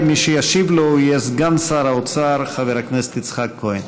מי שישיב לו יהיה סגן שר האוצר חבר הכנסת יצחק כהן.